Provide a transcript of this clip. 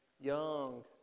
young